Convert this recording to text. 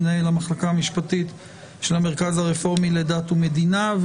מנהל המחלקה המשפטית של המרכז הרפורמי לדת ומדינה,